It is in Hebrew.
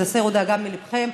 אז הסירו דאגה מליבכם.